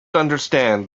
understand